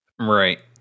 Right